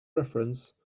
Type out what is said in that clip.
reference